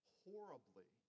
horribly